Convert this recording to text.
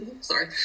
sorry